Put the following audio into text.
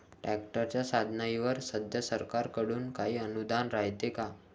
ट्रॅक्टरच्या साधनाईवर सध्या सरकार कडून काही अनुदान रायते का?